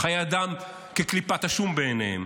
חיי אדם כקליפת השום בעיניהם.